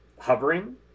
hovering